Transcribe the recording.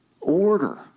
order